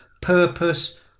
purpose